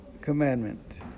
commandment